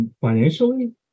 financially